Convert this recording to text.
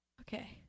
Okay